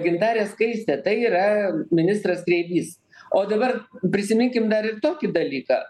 gintarė skaistė tai yra ministras kreivys o dabar prisiminkim dar ir tokį dalyką